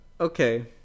Okay